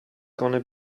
gonna